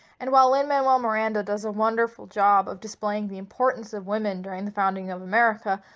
and while lin-manuel miranda does a wonderful job of displaying the importance of women during the founding of america,